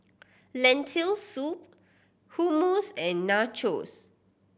Lentil Soup Hummus and Nachos